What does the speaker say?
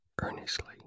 earnestly